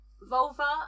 vulva